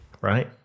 right